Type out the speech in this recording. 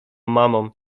mamą